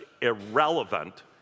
irrelevant